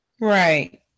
Right